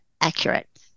accurate